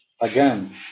again